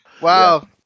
Wow